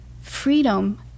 freedom